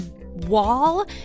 wall